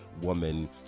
woman